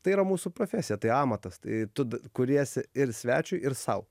tai yra mūsų profesija tai amatas tai tu kuriesi ir svečiui ir sau